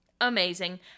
amazing